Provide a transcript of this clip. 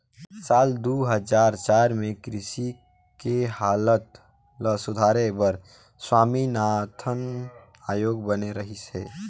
साल दू हजार चार में कृषि के हालत ल सुधारे बर स्वामीनाथन आयोग बने रहिस हे